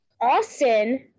Austin